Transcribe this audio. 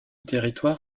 territoire